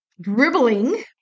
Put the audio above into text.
dribbling